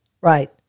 Right